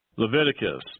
Leviticus